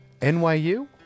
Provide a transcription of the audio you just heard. NYU